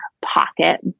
pocket